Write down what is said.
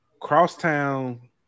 Crosstown